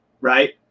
right